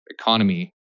economy